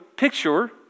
Picture